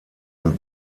und